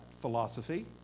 philosophy